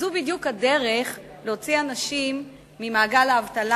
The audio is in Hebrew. זאת בדיוק הדרך להוציא אנשים ממעגל האבטלה